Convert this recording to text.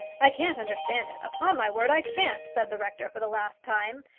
i can't understand it upon my word i can't, said the rector for the last time,